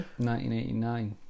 1989